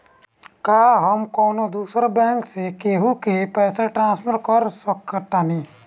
का हम कौनो दूसर बैंक से केहू के पैसा ट्रांसफर कर सकतानी?